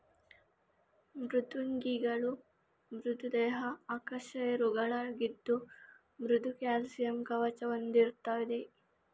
ಮೃದ್ವಂಗಿಗಳು ಮೃದು ದೇಹದ ಅಕಶೇರುಕಗಳಾಗಿದ್ದು ಮೃದು ಕ್ಯಾಲ್ಸಿಯಂ ಕವಚ ಹೊಂದಿರ್ತದೆ